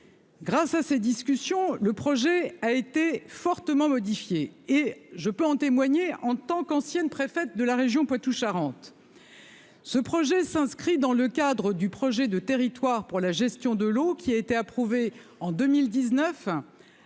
grâce à ces discussions, le projet a été fortement modifié et je peux en témoigner en tant qu'ancienne préfète de la région Poitou-Charentes, ce projet s'inscrit dans le cadre du projet de territoire pour la gestion de l'eau qui a été approuvée en 2019